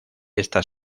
esta